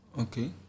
Okay